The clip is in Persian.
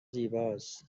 زیباست